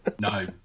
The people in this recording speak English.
No